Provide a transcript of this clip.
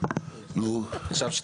קודם כל, אני בכל זאת